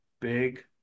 big